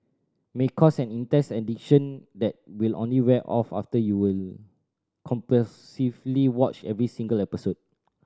may cause an intense addiction that will only wear off after you were compulsively watched every single episode